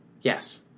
yes